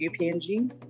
UPNG